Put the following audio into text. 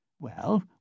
Well